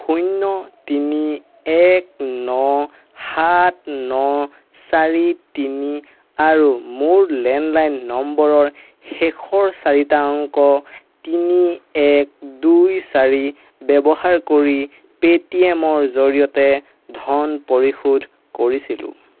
শূন্য তিনি এক ন সাত ন চাৰি তিনি আৰু মোৰ লেণ্ডলাইন নম্বৰৰ শেষৰ চাৰিটা অংক তিনি এক দুই চাৰি ব্যৱহাৰ কৰি পে'টিএমৰ জৰিয়তে ধন পৰিশোধ কৰিছিলোঁ